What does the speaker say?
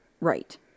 Right